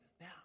Now